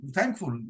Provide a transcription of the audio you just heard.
Thankful